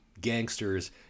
gangsters